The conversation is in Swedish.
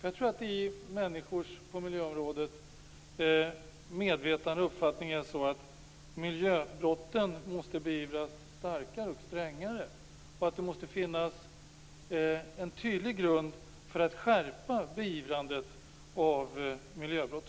Jag tror att i människors medvetande på miljöområdet är uppfattningen den att miljöbrotten måste beivras starkare och strängare och att det måste finnas en tydlig grund för att skärpa beivrandet av miljöbrott.